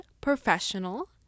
professional